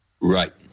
Right